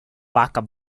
backup